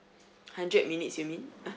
hundred minutes you mean uh